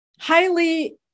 highly